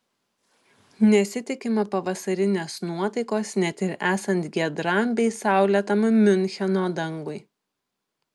nesitikima pavasarinės nuotaikos net ir esant giedram bei saulėtam miuncheno dangui